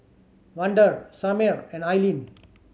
Vander Samir and Aileen